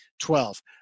Twelve